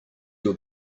your